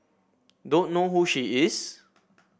don't know who she is